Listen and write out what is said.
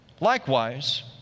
Likewise